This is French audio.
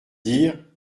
dire